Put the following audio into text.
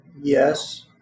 Yes